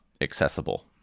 accessible